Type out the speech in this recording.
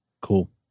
Cool